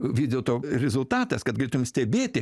vis dėlto rezultatas kad galėtum stebėt